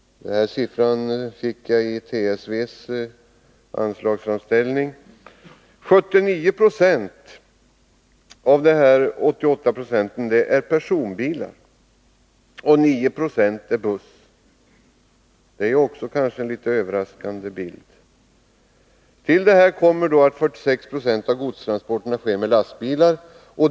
Det är en uppgift som lämnas i TSV:s anslagsframställning. Av de 88 procentenheterna svarar personbilar för 79 och bussar för 9. Också det är kanske en överraskande bild. Till detta kommer att 46 6 av godstransporterna sker med lastbilar.